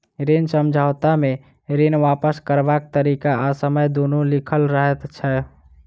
ऋण समझौता मे ऋण वापस करबाक तरीका आ समय दुनू लिखल रहैत छै